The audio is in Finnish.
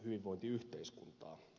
hyvinvointiyhteiskuntaa